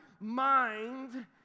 mind